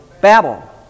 Babel